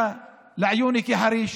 הסכם טיעון עם תוקפי הרב מאלי.